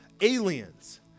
aliens